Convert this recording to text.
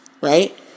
right